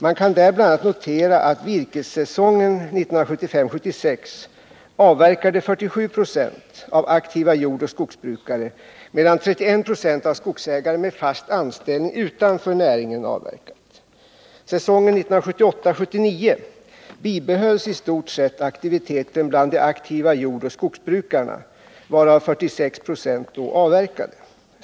Man kan bl.a. notera att virkessäsongen 1975-1976 avverkade 47 96 av aktiva jordoch skogsbrukare, medan 31 926 av skogsägare med fast anställning utanför näringen avverkade. Under säsongen 1978-1979 bibehölls i stort sett aktiviteten bland de aktiva jordoch skogsbrukarna, av vilka 46 926 då avverkade.